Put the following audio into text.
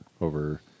over